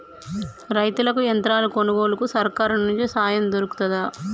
రైతులకి యంత్రాలు కొనుగోలుకు సర్కారు నుండి సాయం దొరుకుతదా?